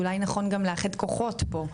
אולי נכון גם לאחד כוחות פה,